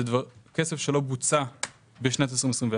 זה כסף שלא בוצע בשנת 2021,